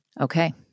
Okay